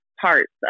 parts